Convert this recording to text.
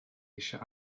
eisiau